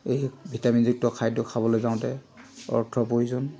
এই ভিটামিনযুক্ত খাদ্য খাবলৈ যাওঁতে অৰ্থৰ প্ৰয়োজন